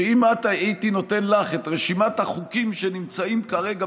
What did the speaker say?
שאם הייתי נותן לך את רשימת החוקים שנמצאים כרגע